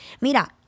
mira